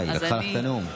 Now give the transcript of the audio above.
היא לקחה לך את הנאום?